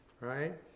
right